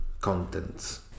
contents